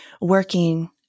working